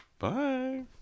Bye